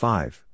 Five